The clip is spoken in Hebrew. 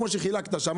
כמו שחילקת שם,